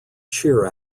cheer